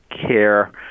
care